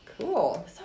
Cool